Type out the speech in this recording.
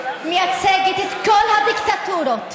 מייצגת את כל הדיקטטורות,